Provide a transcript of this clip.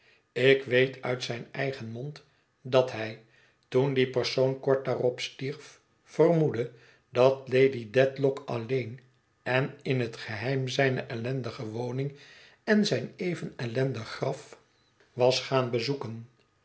ik weet uit zijn eigen mond dat hij toen die persoon kort daarop stierf vermoedde dat lady dedlock alleen en in het geheim zijne ellendige woning en zijn even ellendig graf was gaan bezoeken